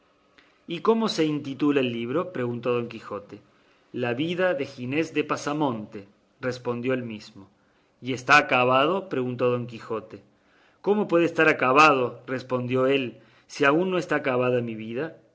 y cómo se intitula el libro preguntó don quijote la vida de ginés de pasamonte respondió el mismo y está acabado preguntó don quijote cómo puede estar acabado respondió él si aún no está acabada mi vida